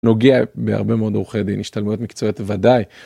נוגע בהרבה מאוד עורכי דין והשתלמויות מקצועית בוודאי.